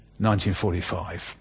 1945